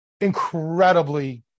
incredibly